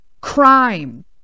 crime